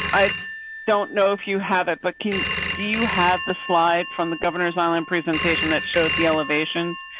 i don't know if you have it, but can do you have the slide from the governor's island presentation that showed the elevation?